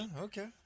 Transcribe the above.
Okay